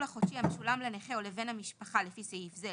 החודשי המשולם לנכה או לבן המשפחה לפי סעיף זה,